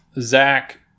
Zach